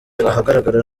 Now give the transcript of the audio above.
ahagaragara